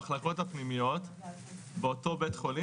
תוספת של 20 מיליון בנוסף ל-90 שיחולקו במחלקות הפנימיות בין בתי החולים